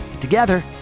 Together